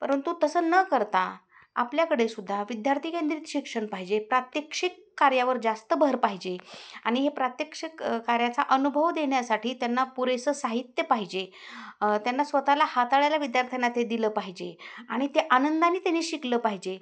परंतु तसं न करता आपल्याकडे सुद्धा विद्यार्थी केंद्रित शिक्षण पाहिजे प्रात्यक्षिक कार्यावर जास्त भर पाहिजे आणि हे प्रात्यक्षिक कार्याचा अनुभव देण्यासाठी त्यांना पुरेसं साहित्य पाहिजे त्यांना स्वतःला हाताळायला विद्यार्थ्यांना ते दिलं पाहिजे आणि ते आनंदाने त्याने शिकलं पाहिजे